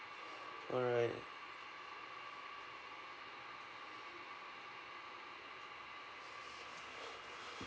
alright